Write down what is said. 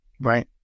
Right